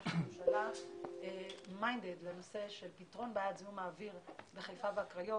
ראש הממשלה מחויב לנושא של פתרון בעיית זיהום האוויר בחיפה והקריות.